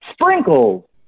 Sprinkle